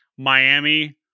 Miami